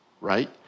right